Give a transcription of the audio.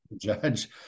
judge